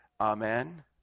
amen